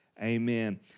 amen